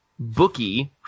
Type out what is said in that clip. Bookie